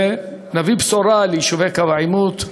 ונביא בשורה ליישובי קו העימות.